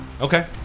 Okay